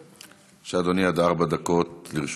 אדוני, עד ארבע דקות לרשותך.